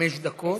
חמש דקות,